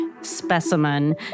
specimen